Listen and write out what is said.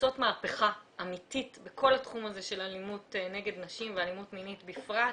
עושות מהפיכה אמתית בכל התחום של אלימות נגד נשים ואלימות מינית בפרט.